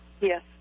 Yes